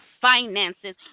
finances